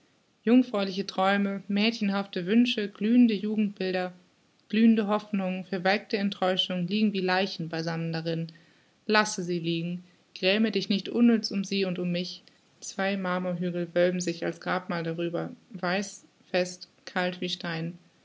jungfräuliche träume mädchenhafte wünsche glühende jugendbilder blühende hoffnungen verwelkte enttäuschungen liegen wie leichen beisammen darin lasse sie liegen gräme dich nicht unnütz um sie und um mich zwei marmorhügel wölben sich als grabmal darüber weiß fest kalt wie stein